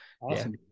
Awesome